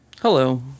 Hello